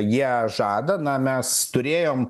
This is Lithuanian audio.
jie žada na mes turėjom